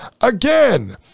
again